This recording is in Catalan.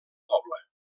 poble